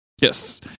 Yes